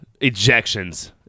ejections